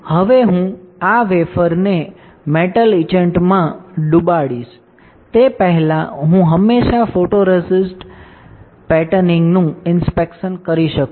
હવે હું આ વેફરને મેટલ ઇચેન્ટમાં ડૂબાવું તે પહેલાં હું હંમેશા ફોટોરેસિસ્ટ પેટર્નિંગનું ઇન્સ્પેક્શન કરી શકું છું